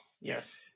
yes